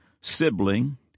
sibling